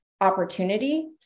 opportunity